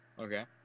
Okay